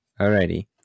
Alrighty